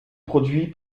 produit